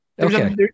Okay